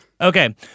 Okay